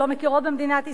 או לא מכירות במדינת ישראל,